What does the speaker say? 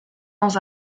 dans